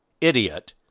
idiot